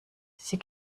sie